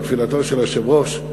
לתפילתו של היושב-ראש,